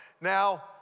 Now